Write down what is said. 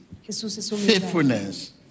Faithfulness